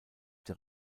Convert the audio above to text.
der